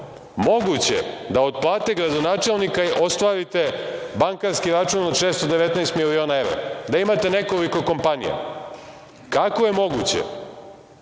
moguće da od plate gradonačelnika ostvarite bankarski račun od 619 miliona evra, da imate nekoliko kompanija. Kako je moguće